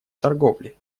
торговли